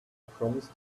promised